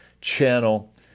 channel